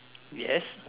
yes